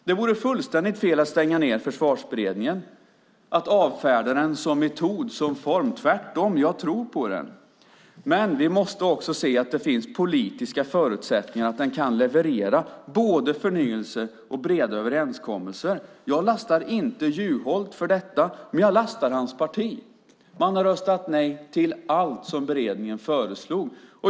Det vore fullständigt fel att stänga ned Försvarsberedningen, att avfärda den som metod och form. Tvärtom. Jag tror på den. Men vi måste också se att det finns politiska förutsättningar för den att leverera både förnyelse och breda överenskommelser. Jag lastar inte Juholt för detta men jag lastar hans parti. Man har röstat nej till allt som beredningen föreslog.